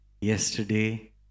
yesterday